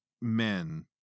men